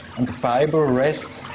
and the fibre rests.